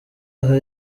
aha